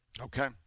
Okay